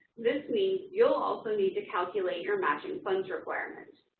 this means you'll also need to calculate your matching funds requirement.